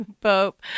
Pope